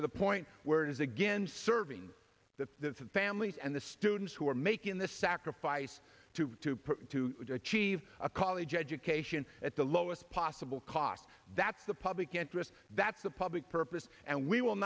to the point where it is again serving the families and the students who are making the sacrifice to achieve a college education at the lowest possible cost that's the public interest that's the public purpose and we will